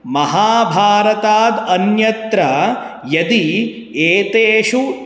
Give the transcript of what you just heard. महाभारतात् अन्यत्र यदि एतेषु